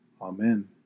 Amen